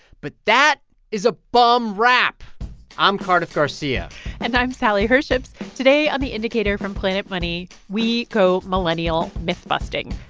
but that is a bum rap i'm cardiff garcia and i'm sally herships. today on the indicator from planet money, we go millennial myth-busting.